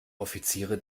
offiziere